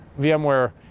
VMware